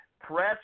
Press